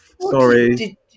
sorry